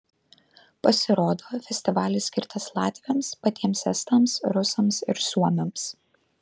pasirodo festivalis skirtas latviams patiems estams rusams ir suomiams